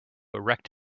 erect